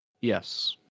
Yes